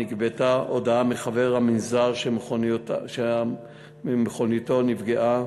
נגבתה הודעה מחבר המנזר שמכוניתו נפגעה,